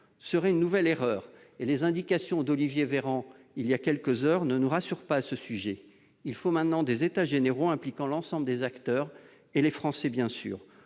serait une nouvelle erreur. À cet égard, les déclarations d'Olivier Véran il y a quelques heures ne nous rassurent pas. Il faut maintenant organiser des états généraux impliquant l'ensemble des acteurs, dont les Français bien sûr.